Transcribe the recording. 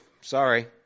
sorry